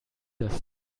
das